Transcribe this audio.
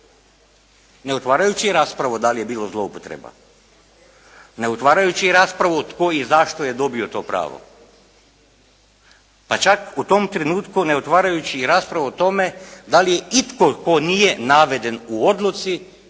Ne otvarajući raspravu da li je bilo zloupotreba. Ne otvarajući raspravu tko i zašto je dobio to pravo. Pa čak u tom trenutku ne otvarajući raspravu o tome da li je itko tko nije naveden u odluci